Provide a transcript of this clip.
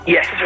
Yes